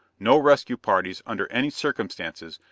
no rescue parties, under any circumstances,